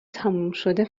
تمومشده